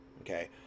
okay